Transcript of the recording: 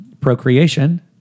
procreation